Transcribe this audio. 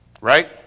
Right